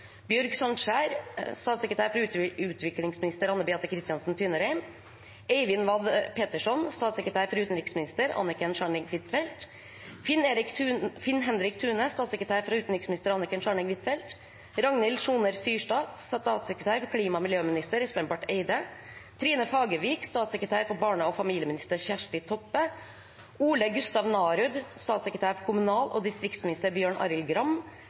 Bjørg Sandkjær, statssekretær for utviklingsminister Anne Beathe Kristiansen Tvinnereim Eivind Vad Petersson, statssekretær for utenriksminister Anniken Scharning Huitfeldt Finn Henrik Thune, statssekretær for utenriksminister Anniken Scharning Huitfeldt Ragnhild Sjoner Syrstad, statssekretær for klima- og miljøminister Espen Barth Eide Trine Fagervik, statssekretær for barne- og familieminister Kjersti Toppe Ole Gustav Narud, statssekretær for kommunal- og distriktsminister Bjørn Arild Gram